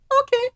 Okay